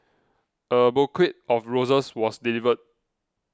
a bouquet of roses was delivered